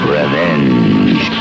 revenge